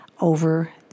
over